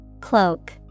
Cloak